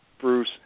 Bruce